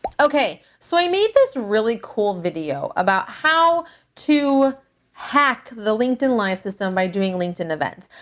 but okay. so i made this really cool video about how to hack the linkedin live system by doing linkedin events.